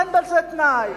אין בזה תנאי.